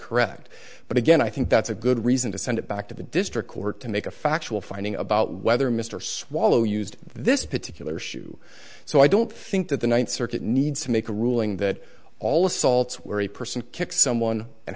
correct but again i think that's a good reason to send it back to the district court to make a factual finding about whether mr swallow used this particular shoe so i don't think that the ninth circuit needs to make a ruling that all assaults where a person kick someone and